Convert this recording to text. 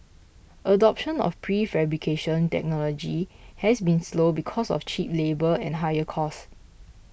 adoption of prefabrication technology has been slow because of cheap labour and higher cost